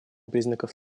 признаков